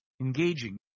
engaging